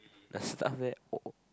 the staff there